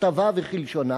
ככתבה וכלשונה,